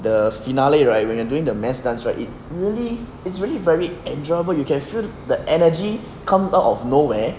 the finale right when you're doing the mass dance right it really it's really very enjoyable you can feel the energy comes out of nowhere